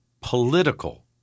political